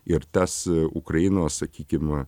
ir tas ukrainos sakykim